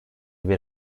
bir